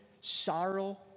sorrow